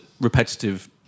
repetitive